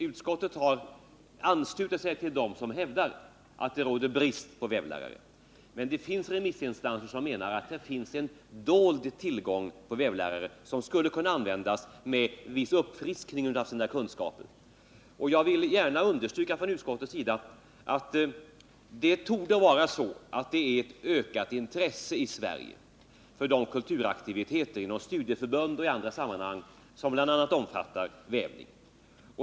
Utskottet har anslutit sig till dem som hävdar att det råder brist på vävlärare. Men det finns remissinstanser som menar att det finns en dold tillgång på vävlärare som skulle kunna användas med viss uppfriskning av sina kunskaper. Jag understryker gärna att det torde vara så att det i Sverige är ett ökat intresse inom studieförbund och i andra sammanhang för kulturaktiviteter som vävning.